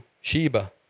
Sheba